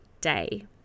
day